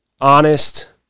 honest